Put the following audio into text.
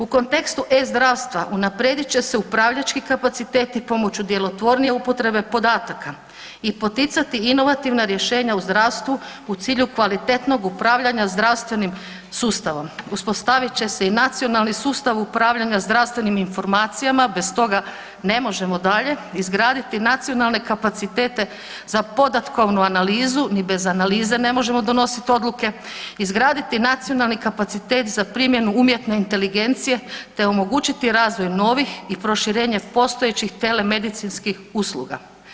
U kontekstu e-zdravstva unaprijedit će se upravljački kapaciteti pomoću djelotvornije upotrebe podataka i poticati inovativna rješenja u zdravstvu u cilju kvalitetnog upravljanja zdravstvenim sustavom, uspostavit će se i nacionalni sustav upravljanja zdravstvenim informacijama, bez toga ne možemo dalje, izgraditi nacionalne kapacitete za podatkovnu analizu, ni bez analize ne možemo donosit odluke, izraditi nacionalni kapacitet za primjenu umjetne inteligencije, te omogućiti razvoj novih i proširenje postojećih telemedicinskih usluga.